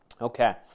Okay